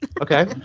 okay